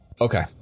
Okay